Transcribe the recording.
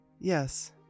Yes